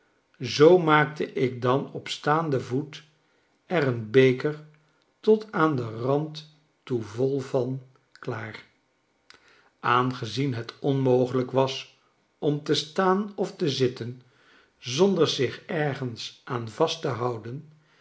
zoo maakte ik dan op staanden voet er een beker tot aan den rand toe vol van klaar aangezien het onmogelijk was om te staan of te zitten zonder zich ergens aan vast te houden